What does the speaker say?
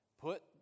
Put